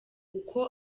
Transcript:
uko